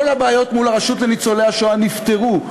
כל הבעיות מול הרשות לזכויות ניצולי השואה נפתרו.